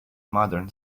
modern